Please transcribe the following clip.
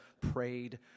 prayed